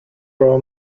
راه